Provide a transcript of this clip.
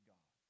God